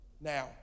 Now